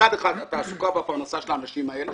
מצד אחד התעסוקה והפרנסה של האנשים האלה,